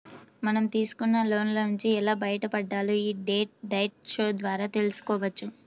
మనం తీసుకున్న లోన్ల నుంచి ఎలా బయటపడాలో యీ డెట్ డైట్ షో ద్వారా తెల్సుకోవచ్చు